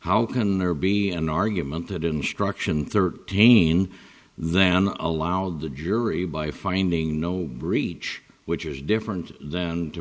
how can there be an argument that instruction thirteen then allowed the jury by finding no breach which is different then to